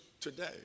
today